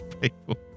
people